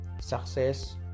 Success